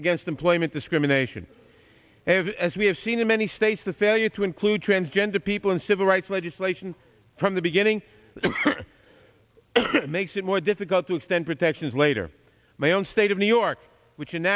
against employment discrimination have as we have seen in many states the failure to include transgender people and civil rights legislation from the beginning makes it more difficult to extend protections later my own state of new york which